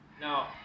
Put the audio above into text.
Now